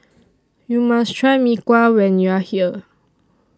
YOU must Try Mee Kuah when YOU Are here